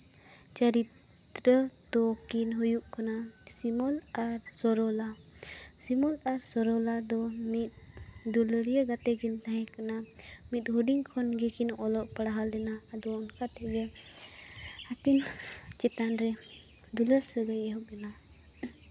ᱪᱚᱨᱤᱛᱨᱚ ᱫᱚᱠᱤᱱ ᱦᱩᱭᱩᱜ ᱠᱟᱱᱟ ᱥᱤᱢᱚᱞ ᱟᱨ ᱥᱚᱨᱚᱞᱟ ᱥᱤᱢᱚᱞ ᱟᱨ ᱥᱚᱨᱚᱞᱟ ᱫᱚᱠᱤᱱ ᱦᱩᱭᱩᱜ ᱠᱟᱱᱟ ᱢᱤᱫ ᱫᱩᱞᱟᱹᱲᱤᱭᱟᱹ ᱜᱟᱛᱮ ᱠᱤᱱ ᱛᱟᱦᱮᱸ ᱠᱟᱱᱟ ᱢᱤᱫ ᱦᱩᱰᱤᱧ ᱠᱷᱚᱱ ᱜᱮᱠᱤᱱ ᱚᱞᱚᱜ ᱯᱟᱲᱦᱟᱣ ᱞᱮᱱᱟ ᱟᱫᱚ ᱚᱱᱠᱟ ᱛᱮᱜᱮ ᱟᱹᱠᱤᱱ ᱪᱮᱛᱟᱱ ᱨᱮ ᱫᱩᱞᱟᱹᱲ ᱥᱟᱹᱜᱟᱹᱭ ᱮᱦᱚᱵᱮᱱᱟ